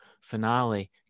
finale